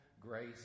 grace